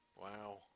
wow